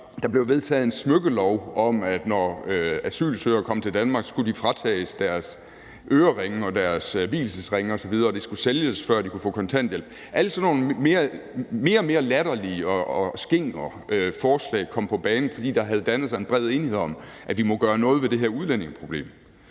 der blev vedtaget en smykkelov om, at asylansøgere, når de kom til Danmark, skulle fratages deres øreringe og deres vielsesringe osv., og at det skulle sælges, før de kunne få kontanthjælp. Alle sådan nogle mere og mere latterlige og skingre forslag kom på banen, fordi der havde dannet sig en bred enighed om, at vi måtte gøre noget ved det her udlændingeproblem,